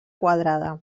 quadrada